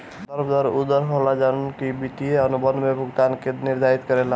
संदर्भ दर उ दर होला जवन की वित्तीय अनुबंध में भुगतान के निर्धारित करेला